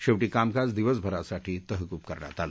शेवटी कामकाज दिवसभरासाठी तहकूब करण्यात आलं